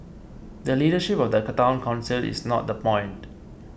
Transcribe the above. the leadership of the Town Council is not the point